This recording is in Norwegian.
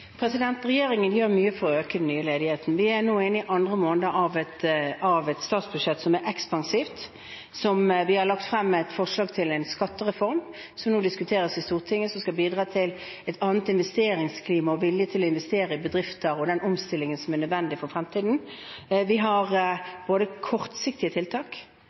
Vi er nå inne i andre måned av et statsbudsjett som er ekspansivt. Vi har lagt frem et forslag til en skattereform som nå diskuteres i Stortinget, som skal bidra til et annet investeringsklima, til vilje til å investere i bedrifter og den omstillingen som er nødvendig for fremtiden. Vi har kortsiktige tiltak